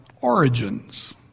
origins